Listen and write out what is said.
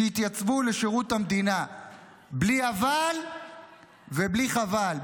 שהתייצבו לשירות המדינה בלי אבל ובלי חבל,